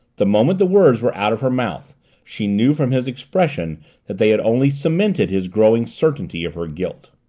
the moment the words were out of her mouth she knew from his expression that they had only cemented his growing certainty of her guilt.